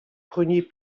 prenez